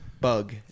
bug